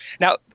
Now